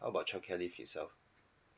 how about childcare leave itself